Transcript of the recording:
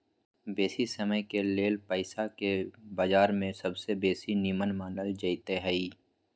बेशी समयके लेल पइसाके बजार में सबसे बेशी निम्मन मानल जाइत हइ